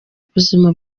ubuzima